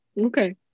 Okay